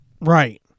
Right